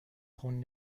خون